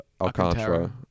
Alcantara